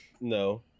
No